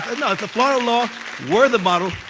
and no, if the florida law were the model,